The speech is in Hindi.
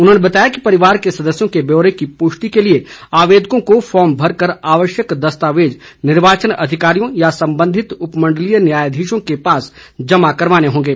उन्होंने बताया कि परिवार के सदस्यों के ब्यौरे की पुष्टि के लिए आवेदकों को फार्म भरकर आवश्यक दस्तावेज निर्वाचन अधिकारियों या सम्बन्धित उपमण्डलीय न्यायधीशों के पास जमा करवाने होंगे